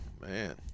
Man